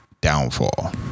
Downfall